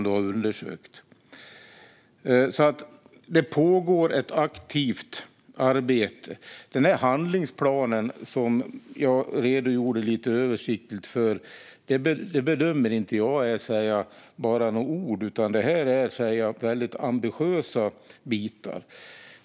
Det pågår alltså ett aktivt arbete. Den handlingsplan som jag redogjorde lite översiktligt för bedömer jag inte bara som några ord, utan detta är väldigt ambitiösa bitar.